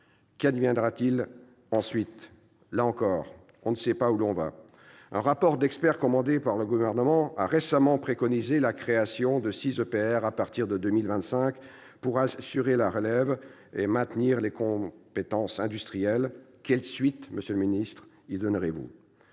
Qu'adviendra-t-il ensuite ? Là encore, on ne sait pas où l'on va : un rapport d'experts commandé par le Gouvernement a récemment préconisé la création de six EPR à partir de 2025 pour assurer la relève et maintenir les compétences industrielles. Quelles suites y donnerez-vous ?